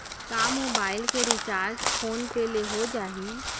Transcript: का मोबाइल के recharge PhonePe ले हो जाही?